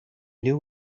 knew